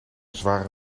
zware